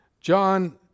John